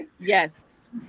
Yes